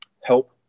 help